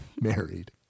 married